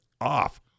off